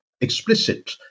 explicit